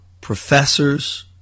professors